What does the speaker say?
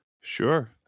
sure